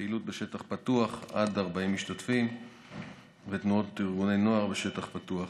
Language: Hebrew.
פעילות בשטח פתוח עד 40 משתתפים ותנועות וארגוני נוער בשטח פתוח.